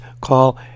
call